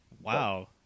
Wow